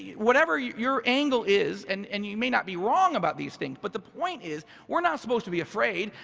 whatever your your angle is, and and you may not be wrong about these things, but the point is, we're not supposed to be afraid,